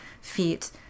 feet